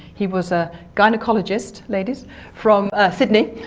he was a gynaecologist ladies from ah sydney.